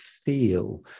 feel